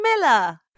Miller